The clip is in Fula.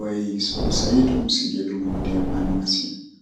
lewle soowdi gasi ndu waawa.